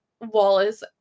Wallace